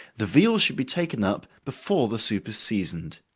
the veal should be taken up before the soup is seasoned.